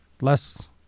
less